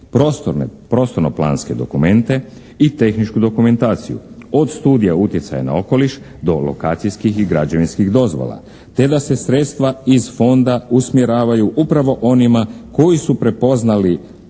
odluke, prostorno-planske dokumente i tehničku dokumentaciju, od studije utjecaja na okoliš do lokacijskih i građevinskih dozvola te da se sredstva iz fonda usmjeravaju upravo onima koji su prepoznali